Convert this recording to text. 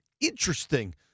interesting